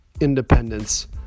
independence